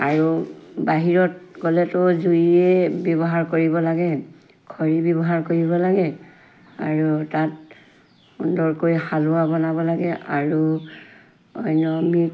আৰু বাহিৰত গ'লেতো জুয়ে ব্যৱহাৰ কৰিব লাগে খৰি ব্যৱহাৰ কৰিব লাগে আৰু তাত সুন্দৰকৈ হালোৱা বনাব লাগে আৰু অন্য মিত